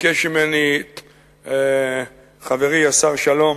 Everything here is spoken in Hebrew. ביקש ממני חברי השר שלום